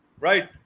right